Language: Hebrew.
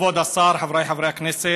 כבוד השר, חבריי חברי הכנסת,